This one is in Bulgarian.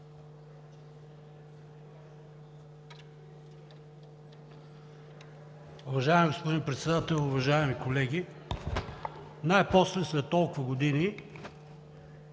Уважаеми господин Председател, уважаеми колеги! Най-после – след толкова години,